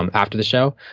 um after the show,